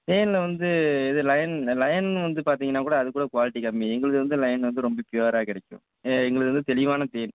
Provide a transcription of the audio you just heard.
தேனில் வந்து இது லயன் லயன் வந்து பார்த்தீங்கன்னாக் கூட அது கூட க்வாலிட்டி கம்மி எங்களுது வந்து லயன் வந்து ரொம்ப ப்யூராக கிடைக்கும் எங்களுது வந்து தெளிவான தேன்